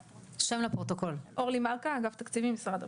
שמי אורלי מלכה מאגף התקציבים במשרד הבריאות.